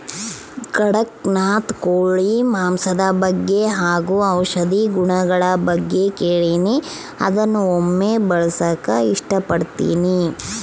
ಕಡಖ್ನಾಥ್ ಕೋಳಿ ಮಾಂಸದ ಬಗ್ಗೆ ಹಾಗು ಔಷಧಿ ಗುಣಗಳ ಬಗ್ಗೆ ಕೇಳಿನಿ ಅದ್ನ ಒಮ್ಮೆ ಬಳಸಕ ಇಷ್ಟಪಡ್ತಿನಿ